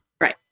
Right